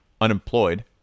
unemployed